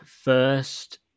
first